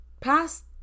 past